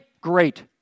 great